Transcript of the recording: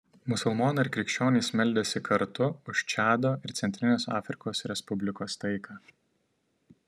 musulmonai ir krikščionys meldėsi kartu už čado ir centrinės afrikos respublikos taiką